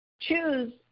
choose